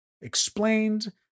explained